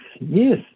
yes